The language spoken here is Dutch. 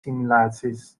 simulaties